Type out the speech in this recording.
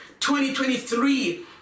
2023